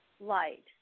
light